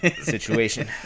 situation